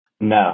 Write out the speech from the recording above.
no